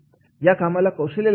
या कामाला कौशल्ये लागणार आहे का